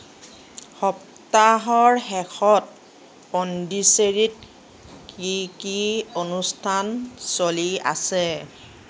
সপ্তাহৰ শেষত পণ্ডিচেৰীত কি কি অনুষ্ঠান চলি আছে